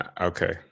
Okay